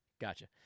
Gotcha